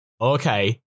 okay